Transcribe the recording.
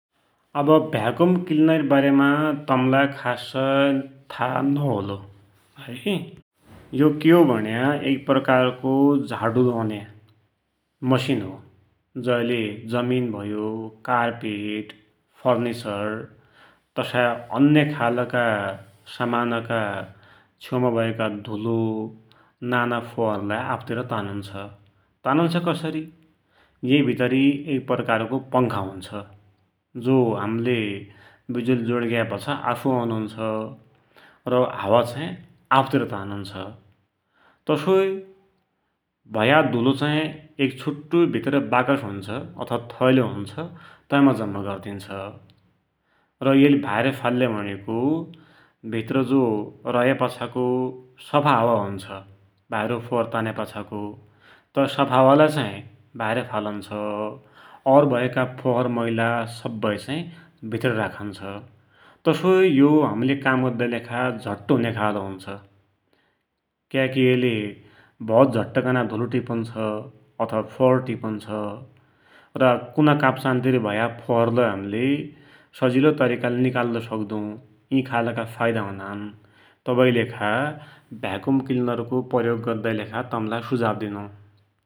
Vacuum cleaner कि वारेमा आब तमलाई खास था नहोलो है । यो कि हो भुण्या एम प्रकारको झाडु लौन्या मसिन हो, जैले जमिन भयो, कार्पेट, फर्निचर तसाइ अन्य खालका समान का छेउमा भएको धुलो नाना फोहरलाई आफतिर तानुन्छ । तानुन्छ कसरी, ये भितरी एक प्रकारको पङ्खा हुन्छ, जो हमले विजुली जोड्यापाछा आफुई अन हुन्छ, र हावाचाही आफतिर तानुन्छ । तसोइ भया धुलो चाही एक भित्र छुट्टोइ वाकस हुन्छ, वा थैलो हु्न्छ, तैमा जम्मा गरिदिन्छ र एयले भाइर फाल्या भुणेको भित्र जो रयापाछाको सफा हावा हुन्छ, भाइरको हावा तान्या पाछाको, तै सफा हावालाई चाहि भाइर फालुन्छ र और भयाका फोहरमैला सब्बै चाही भितर राखुन्छ । तसोइ यो हमले काम गद्धाकि लेखा झट्ट हुन्या खालको हुन्छ । क्याकी एलले भौत झट्ट कानाइ धुलो टिपुन्छ, अथवा फोहर टिपुन्छ र कुनाकाप्चान तिर भया फोहर लै हमले सजिलो तरिकाले निकाली सक्दु, यी खालका फायदा हुनान, तवैकि लेखा भ्याकुम क्लिनर प्रयाग गर्दाकि तमलाई सुझाव दिनु ।